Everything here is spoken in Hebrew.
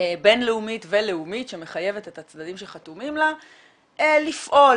בינלאומית ולאומית שמחייבת את הצדדים שחתומים לה לפעול,